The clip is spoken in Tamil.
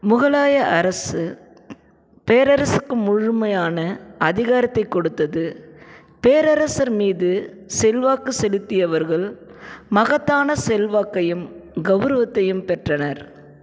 முகலாய அரசு பேரரசருக்கு முழுமையான அதிகாரத்தைக் கொடுத்தது பேரரசர் மீது செல்வாக்கு செலுத்தியவர்கள் மகத்தான செல்வாக்கையும் கெளரவத்தையும் பெற்றனர்